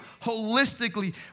holistically